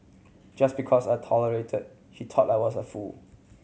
just because I tolerated he thought I was a fool